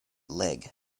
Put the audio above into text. leg